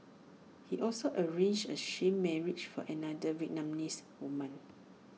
he also arranged A sham marriage for another Vietnamese woman